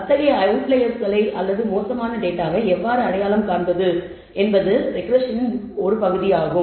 அத்தகைய அவுட்லையெர்ஸ்களை அல்லது மோசமான டேட்டாவை எவ்வாறு அடையாளம் காண்பது என்பது ரெக்ரெஸ்ஸனின் ஒரு பகுதியாகும்